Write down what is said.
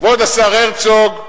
כבוד השר הרצוג,